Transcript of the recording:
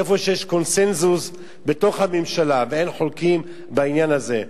איפה שיש קונסנזוס בתוך הממשלה ואין חולקים בעניין הזה.